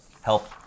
help